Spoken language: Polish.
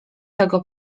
tego